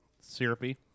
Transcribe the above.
Syrupy